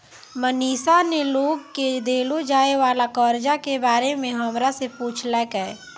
मनीषा ने लोग के देलो जाय वला कर्जा के बारे मे हमरा से पुछलकै